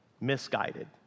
misguided